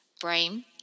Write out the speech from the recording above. brain